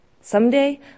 Someday